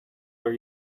are